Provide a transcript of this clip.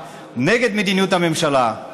נגד מדיניות הממשלה,